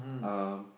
um